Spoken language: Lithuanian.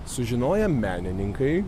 sužinoję menininkai